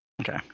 okay